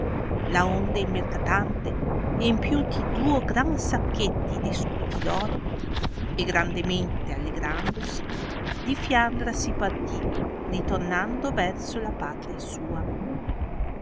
prezzo laonde il mercatante empiuti duo gran sacchetti de sculi d'oro e grandemente allegrandosi di fiandra si parti ritornando verso la patria sua